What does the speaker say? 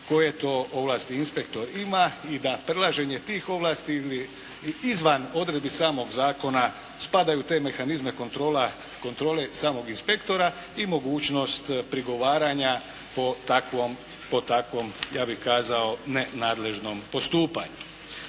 koje to ovlasti inspektor ima i da prelaženje tih ovlasti ili izvan odredbi samog zakona spada u te mehanizme kontrole samog inspektora i mogućnost prigovaranja po takvom ja bih kazao ne nadležnom postupanju.